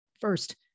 First